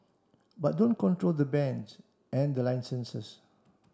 but don't control the bands and the licenses